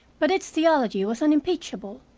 but its theology was unimpeachable.